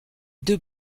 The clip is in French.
deux